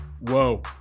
Whoa